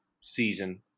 season